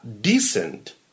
decent